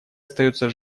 остается